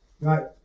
Right